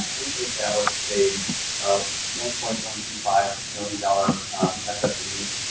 we've established a um one point one two five million dollar ffe